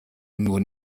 nur